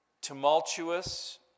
tumultuous